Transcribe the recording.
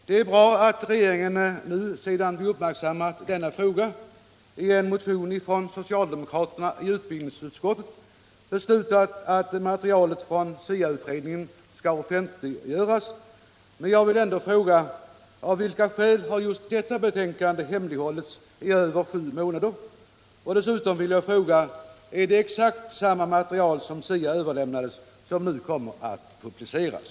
Det är bra att regeringen nu, sedan vi uppmärksammade denna fråga i en motion av socialdemokraterna i utbildningsutskottet, har beslutat att materialet från SIA-utredningen skall offentliggöras, men jag vill ändå fråga: Av vilka skäl har just detta betänkande hemlighållits i över sju månader? skolstorlek Dessutom vill jag fråga: Är det material som SIA utredningen överlämnade exakt detsamma som det som nu kommer att publiceras?